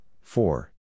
four